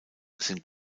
sind